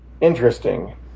interesting